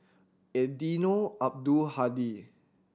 Eddino Abdul Hadi